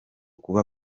kuba